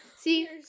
see